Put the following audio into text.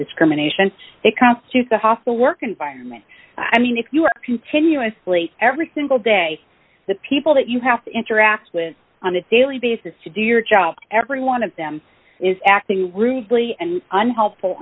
discrimination it constitutes the hostile work environment i mean if you are continuously every single day the people that you have to interact with on a daily basis to do your job every one of them is acting wrinkly and unhelpful